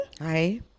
Hi